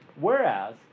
Whereas